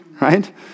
right